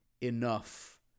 enough